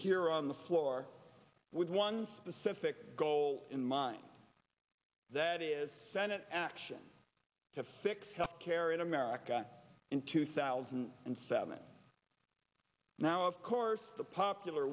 here on the floor with one specific goal in mind wolf that is senate action to fix health care in america in two thousand and seven clip now of course the popular